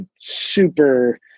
super